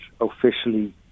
officially